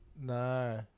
No